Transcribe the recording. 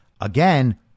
again